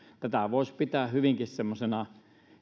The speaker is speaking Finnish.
tätä voisi pitää hyvinkin semmoisena